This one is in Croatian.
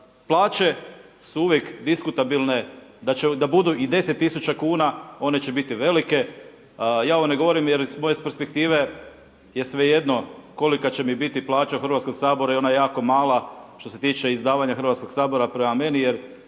Plaće su uvijek diskutabilne da budu i 10000 kuna, one će biti velike. Ja ovo ne govorim jer iz moje perspektive je svejedno kolika će mi biti plaća u Hrvatskom saboru i ona je jako mala što se tiče izdavanja Hrvatskog sabora prema meni.